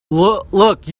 look